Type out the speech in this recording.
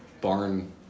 barn